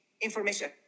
information